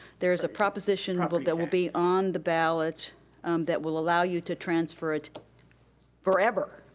there's a proposition ah but that will be on the ballot that will allow you to transfer it forever.